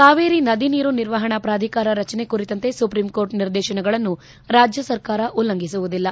ಕಾವೇರಿ ನದಿ ನೀರು ನಿರ್ವಹಣಾ ಪ್ರಾಧಿಕಾರ ರಚನೆ ಕುರಿತಂತೆ ಸುಪ್ರೀಂ ಕೋರ್ಟ್ ನಿರ್ದೇತನಗಳನ್ನು ರಾಜ್ಯ ಸರ್ಕಾರ ಉಲ್ಲಂಘಿಸುವುದಿಲ್ಲ